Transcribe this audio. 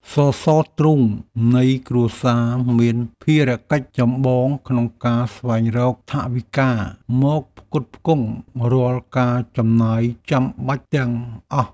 សសរទ្រូងនៃគ្រួសារមានភារកិច្ចចម្បងក្នុងការស្វែងរកថវិកាមកផ្គត់ផ្គង់រាល់ការចំណាយចាំបាច់ទាំងអស់។